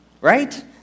right